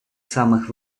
самих